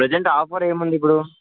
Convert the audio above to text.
present offer ఏముంది ఇప్పుడు